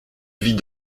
vit